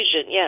yes